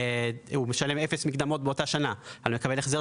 והוא משלם אפס מקדמות באותה השנה אבל מקבל החזר